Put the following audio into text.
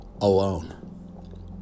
alone